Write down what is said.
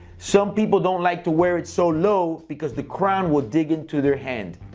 some people don't like to wear it so low because the crown would did into their had,